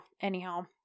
Anyhow